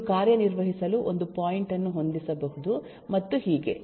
ಇದು ಕಾರ್ಯನಿರ್ವಹಿಸಲು ಒಂದು ಪಾಯಿಂಟ್ ಅನ್ನು ಹೊಂದಿಸಬಹುದು ಮತ್ತು ಹೀಗೆ